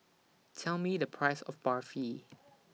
Tell Me The Price of Barfi